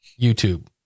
YouTube